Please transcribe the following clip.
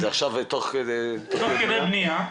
תוך כדי בניה,